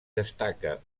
destaca